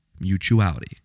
mutuality